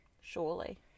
Surely